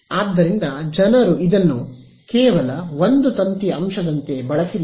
ಆದ್ದರಿಂದ ಜನರು ಇದನ್ನು ಕೇವಲ ಒಂದು ತಂತಿಯ ಅಂಶದಂತೆ ಬಳಸಿಲ್ಲ